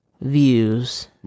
views